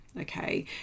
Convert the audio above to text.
okay